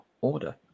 order